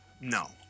No